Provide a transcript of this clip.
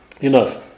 enough